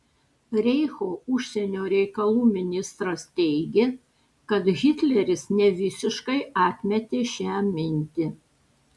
reicho užsienio reikalų ministras teigė kad hitleris nevisiškai atmetė šią mintį